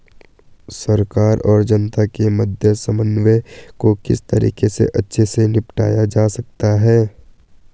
सरकार और जनता के मध्य समन्वय को किस तरीके से अच्छे से निपटाया जा सकता है?